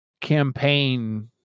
campaign